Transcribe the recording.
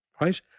right